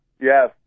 Yes